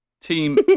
Team